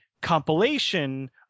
compilation